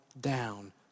down